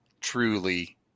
truly